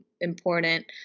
important